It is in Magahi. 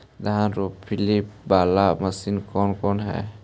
धान रोपी बाला मशिन कौन कौन है?